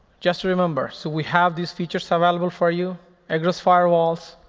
just remember, so we have these features available for you egress firewalls,